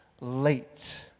late